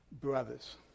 brothers